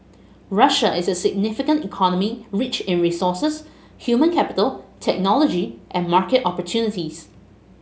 Russia is a significant economy rich in resources human capital technology and market opportunities